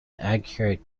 accurate